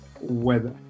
weather